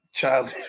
Child